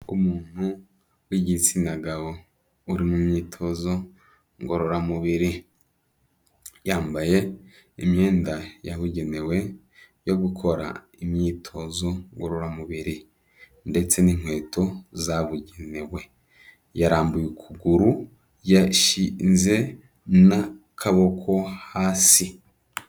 Umuntu w'igitsina gabo uri mu myitozo ngororamubiri, yambaye imyenda yabugenewe yo gukora imyitozo ngororamubiri ndetse n'inkweto zabugenewe, yarambuye ukuguru, yashinze n'akaboko hasi.